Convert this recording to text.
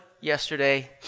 yesterday